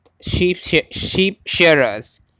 sheep-shearers